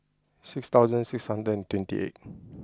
six thousand six hundred twenty eight